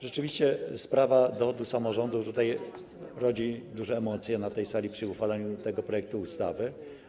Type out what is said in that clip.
Rzeczywiście sprawa dochodów samorządu rodzi duże emocje na tej sali przy uchwalaniu tego projektu ustawy.